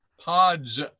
pods